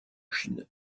chine